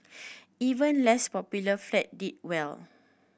even less popular flat did well